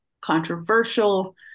controversial